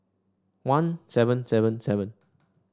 one seven seven seven